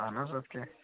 اہَن حظ ادٕ کِیاہ